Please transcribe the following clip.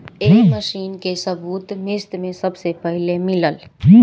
ए machine के सबूत मिस्र में सबसे पहिले मिलल